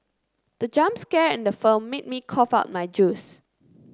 the jump scare in the film made me cough out my juice